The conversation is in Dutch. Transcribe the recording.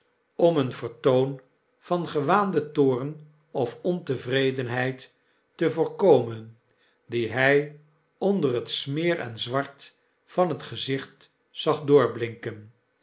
om een vertoon van gewaanden toorn of ontevredenheid te voorkomen die hy onder het smeer en zwart van het gezicht zag doorblinken